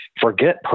Forget